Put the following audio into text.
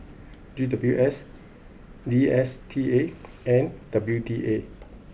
C W S D S T A and W D A